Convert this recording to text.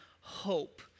hope